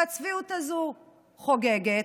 והצביעות הזאת חוגגת.